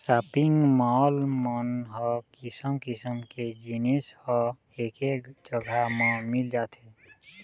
shopping mall मन ह किसम किसम के जिनिस ह एके जघा म मिल जाथे